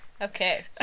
Okay